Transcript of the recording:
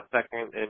second